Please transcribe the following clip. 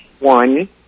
One